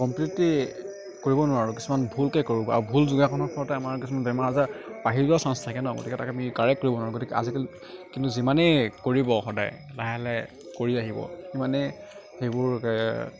completely কৰিব নোৱাৰোঁ কিছুমান ভুলকৈ কৰোঁ বা ভুল যোগাসনৰ ফলতে আমাৰ কিছুমান বেমৰা আজাৰ বাঢ়ি যোৱাৰ চান্স থাকে ন গতিকে তাক আমি কাৰেক্ট কৰিব নোৱাৰোঁ গতিকে আজিকালি কিন্তু যিমানেই কৰিব সদায় লাহে লাহে কৰি আহিব সিমানে সেইবোৰ